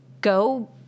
go